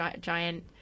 giant